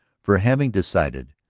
for, having decided,